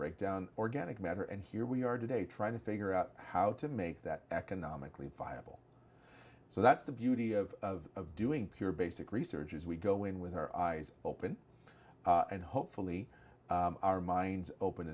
break down organic matter and here we are today trying to figure out how to make that economically viable so that's the beauty of doing pure basic research is we go in with our eyes open and hopefully our minds open